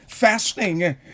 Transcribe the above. Fasting